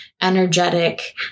energetic